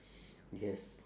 yes